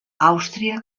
àustria